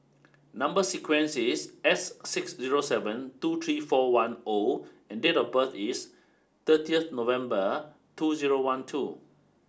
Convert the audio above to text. number sequence is S six zero seven two three four one O and date of birth is thirty November two zero one two